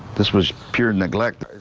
this was pure neglect.